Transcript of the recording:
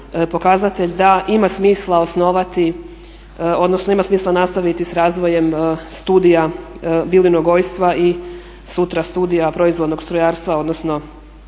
da ima smisla nastaviti s razvojem studija bilinogojstva i sutra studija proizvodnog strojarstva odnosno